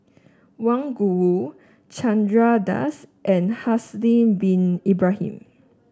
Wang Gungwu Chandra Das and Haslir Bin Ibrahim